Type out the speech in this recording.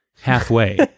halfway